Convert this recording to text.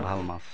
ভাল মাছ